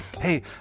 hey